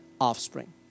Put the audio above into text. offspring